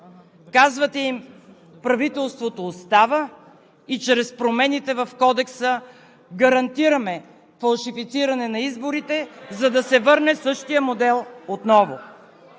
Казвате им, че правителството остава и чрез промените в Кодекса гарантираме фалшифициране на изборите, за да се върне същият модел отново.